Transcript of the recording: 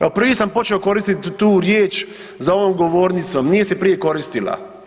Evo prvi sam počeo koristiti tu riječ za ovom govornicom, nije se prije koristila.